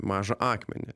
mažą akmenį